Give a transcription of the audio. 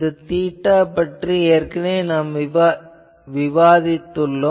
இந்த தீட்டா பற்றி ஏற்கனவே விவாதித்துள்ளோம்